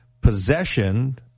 Possession